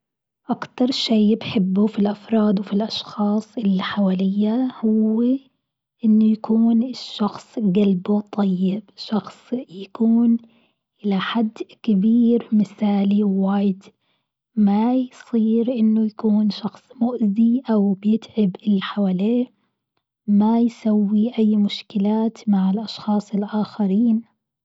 أكتر شيء بحبه في الأفراد وفي الأشخاص إللي حواليا هو إنه يكون الشخص قلبه طيب، شخص يكون إلى حد كبير مثالي واجد، ما يصير إنه يكون شخص مؤذي أو بيتعب إللي حواليه ما يسوي أي مشكلات مع الأشخاص الآخرين.